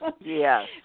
yes